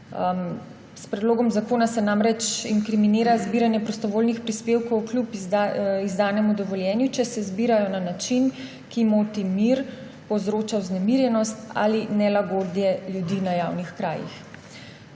S predlogom zakona se namreč inkriminira zbiranje prostovoljnih prispevkov kljub izdanemu dovoljenju, če se zbirajo na način, ki moti mir, povzroča vznemirjenost ali nelagodje ljudi na javnih krajih.